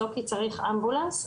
לא כי צריך אמבולנס,